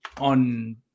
on